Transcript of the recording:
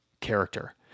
character